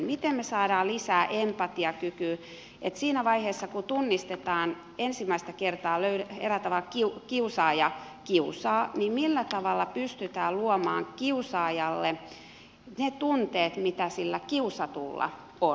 miten me saamme lisää empatiakykyä ja millä tavalla siinä vaiheessa kun asia tunnistetaan ja ensimmäistä kertaa eräällä tavalla kiusaaja kiusaa pystytään luomaan kiusaajalle ne tunteet mitä sillä kiusatulla on